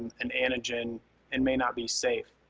and an antigen and may not be safe.